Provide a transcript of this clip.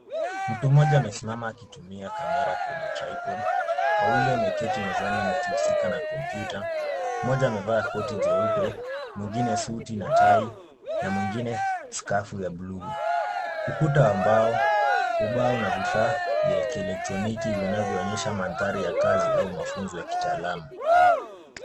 Mtu mmmoja amesimama akitumia kamera kwenye tripod . Wawili wameketi mezani wakihusika na kompyuta. Mmoja amevaa koti jeupe, mwingine suti suti na tai na mwingine skafu ya buluu. Ukuta wa mbao, ubao na vifaa vya kielektroniki vinavyoonyesha mandhari ya kazi au mafunzo ya kitaalamu.